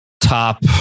top